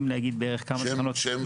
שם לפרוטוקול.